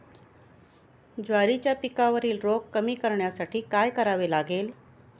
ज्वारीच्या पिकावरील रोग कमी करण्यासाठी काय करावे लागेल?